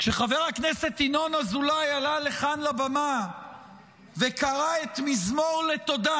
כשחבר הכנסת ינון אזולאי עלה לכאן לבמה וקרא את מזמור לתודה,